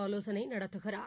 ஆவோசனை நடத்துகிறார்